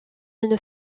une